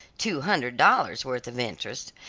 two hundred dollars' worth of interest,